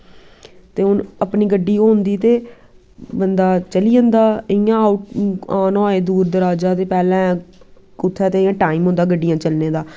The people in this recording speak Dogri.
ते हून अपनी गड्डी होंदी ते बंदा चली जंदा इयां आना होऐ दूर दराजा ते पैह्लैं कुत्थैं ते टाईम होंदा गड्डियां चलने दा